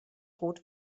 rot